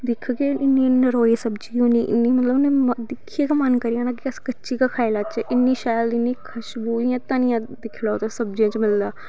दिक्खगे इन्नी नरोई सब्जी होनी इन्नी दिक्खियै गै मन करी जाना कि कच्ची गै खाई लैच्चै इन्नी शैल इन्नी खश्बू इयां धनियां दिक्खी लैओ तुस सब्जियै च पेदा